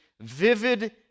vivid